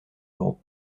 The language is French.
d’euros